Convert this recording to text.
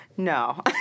No